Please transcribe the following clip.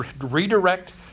redirect